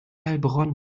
heilbronn